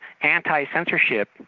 anti-censorship